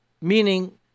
meaning